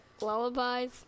lullabies